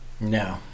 No